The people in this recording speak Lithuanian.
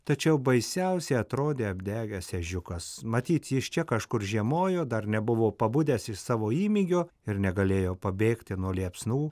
tačiau baisiausiai atrodė apdegęs ežiukas matyt jis čia kažkur žiemojo dar nebuvo pabudęs iš savo įmygio ir negalėjo pabėgti nuo liepsnų